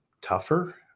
tougher